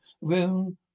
room